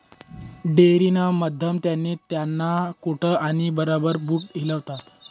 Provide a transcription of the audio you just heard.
dairy ना मधमा त्याने त्याना कोट आणि रबर बूट हिलावात